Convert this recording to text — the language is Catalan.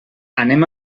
anem